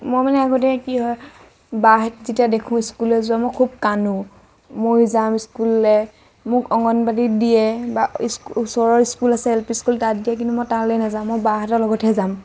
মই মানে আগতে কি হয় বাহঁত যেতিয়া দেখোঁ স্কুললৈ যোৱা মই খুউব কান্দোঁ ময়ো যাম স্কুললৈ মোক অঙ্গনবাড়ীত দিয়ে বা ইচ ওচৰৰ স্কুল আছে এল পি স্কুল তাত দিয়ে কিন্তু মই তালৈ নেযাওঁ মই বাহঁতৰ লগতহে যাম